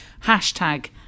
hashtag